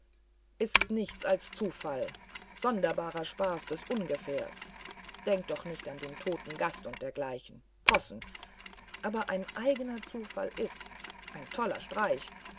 ist nichts als zufall sonderbarer spaß des ungefährs denkt doch nicht an den toten gast und dergleichen possen aber ein eigener zufall ist es ein toller streich